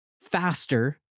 faster